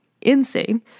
insane